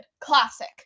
classic